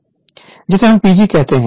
जिसे हम PG कहते हैं